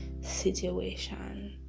situation